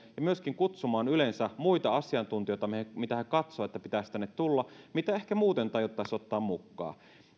ja myöskin kutsumaan yleensä muita asiantuntijoita mitä he katsovat että pitäisi tänne tulla mitä ehkä muuten ei tajuttaisi ottaa mukaan